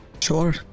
sure